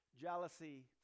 jealousy